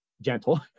gentle